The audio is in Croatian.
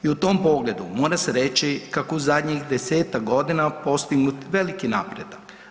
I u tom pogledu mora se reći kako u zadnjih desetak godina postignut veliki napredak.